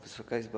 Wysoka Izbo!